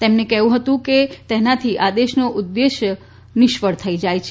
તેમનું કહેવું હતું કે તેનાથી આદેશનો ઉદ્દેશ્ય નિષ્ફળ થઈ જાય છે